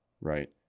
Right